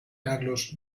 carlos